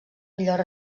millors